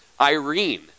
Irene